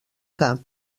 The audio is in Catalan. cap